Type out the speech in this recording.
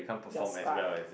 you're scarred